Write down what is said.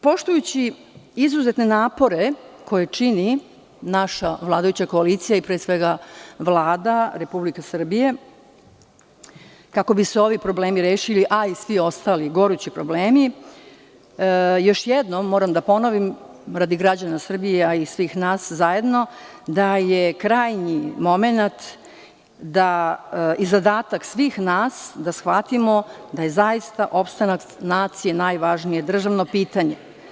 Poštujući izuzetne napore koje čini naša vladajuća koalicija i pre svega Vlada Republike Srbije kako bi se ovi problemi rešili, a i svi ostali gorući problemi, još jednom moram da ponovim radi građana Srbije a i svih nas zajedno, da je krajnji momenat i zadatak svih nas da shvatimo da je zaista opstanak nacije najvažnije državno pitanje.